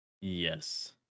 Yes